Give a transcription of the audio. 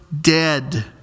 dead